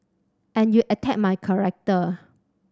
and you attack my character